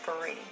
free